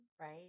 right